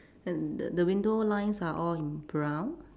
and the the window lines are all in brown